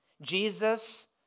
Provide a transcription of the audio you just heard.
Jesus